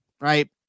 right